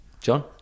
John